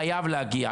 אלא חייב להגיע.